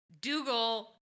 Dougal